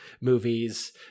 movies